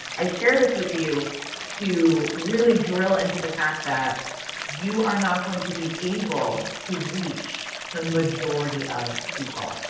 i share this with you to really drill into the fact that you are not going to be able to reach the majority of people.